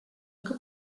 que